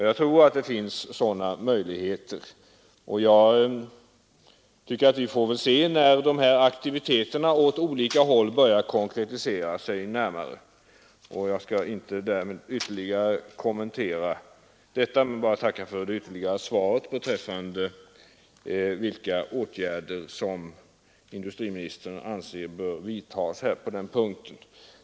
Jag tror att det finns sådana möjligheter — vi får väl se när aktiviteterna åt olika håll har börjat ge konkreta resultat. Jag skall inte kommentera detta mer utan bara tacka för det ytterligare svaret beträffande vilka åtgärder som industriministern anser att man bör pröva på den punkten.